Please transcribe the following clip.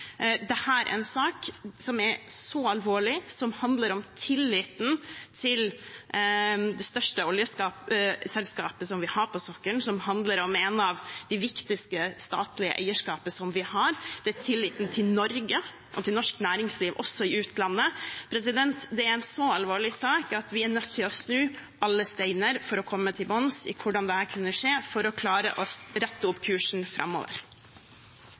er en sak som er så alvorlig, som handler om tilliten til det største oljeselskapet vi har på sokkelen, og som handler om et av de viktigste statlige eierskapene vi har. Det dreier seg om tilliten til Norge og til norsk næringsliv også i utlandet. Det er en så alvorlig sak at vi er nødt til å snu alle steiner for å komme til bunns i hvordan dette kunne skje, for å klare å rette opp kursen framover.